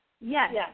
Yes